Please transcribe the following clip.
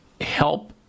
help